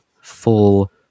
full